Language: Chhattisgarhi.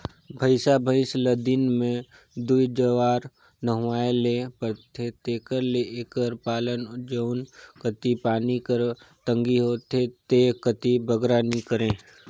भंइसा भंइस ल दिन में दूई जुवार नहुवाए ले परथे तेकर ले एकर पालन जउन कती पानी कर तंगी होथे ते कती बगरा नी करें